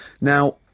Now